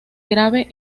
grave